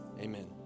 amen